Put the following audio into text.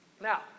Now